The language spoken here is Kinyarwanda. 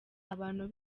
abantu